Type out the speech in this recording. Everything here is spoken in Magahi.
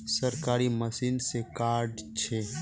सरकारी मशीन से कार्ड छै?